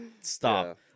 stop